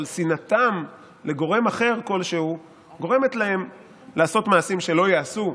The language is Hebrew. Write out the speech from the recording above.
אבל שנאתם לגורם אחר כלשהו גורמת להם לעשות מעשים שלא ייעשו,